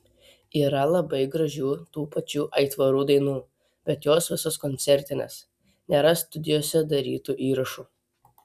yra labai gražių tų pačių aitvarų dainų bet jos visos koncertinės nėra studijose darytų įrašų